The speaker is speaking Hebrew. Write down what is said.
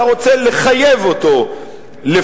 אתה רוצה לחייב אותו לפרסם.